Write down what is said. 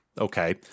Okay